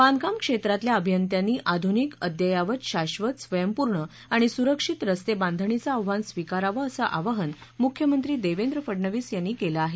बांधकाम क्षेत्रातल्या अभियंत्यांनी आधुनिक अद्ययावत शाश्वत स्वयंपूर्ण आणि सुरक्षित रस्ते बांधणीचं आव्हान स्विकारावं असं आवाहन मुख्यमंत्री देवेंद्र फडणवीस यांनी केलं आहे